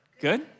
Good